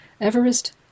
Everest